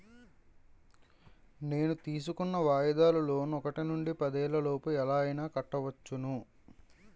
నేను తీసుకున్న వాయిదాల లోన్ ఒకటి నుండి పదేళ్ళ లోపు ఎలా అయినా కట్టుకోవచ్చును